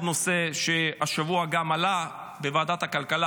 נושא שהשבוע גם עלה בוועדת הכלכלה,